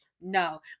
No